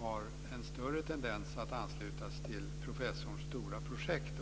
har en större tendens att ansluta sig till professorns stora projekt.